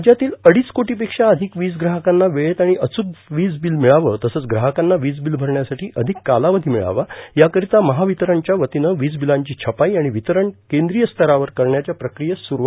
राज्यातील अडीच कोटीपेसा अधिक वीज प्राहकांना वेळेत आणि अचूक वीजबील मिळावं तसंच प्राहकांना वीजबील भरण्यासाठी अधिक कालावधी मिळावा याक्रीता महावितरणच्या वतीनं वीजविलांची छपाईं आणि वितरण केंद्रीयस्तरावर करण्याच्या प्रक्रियेस सुस्वात झाली आहे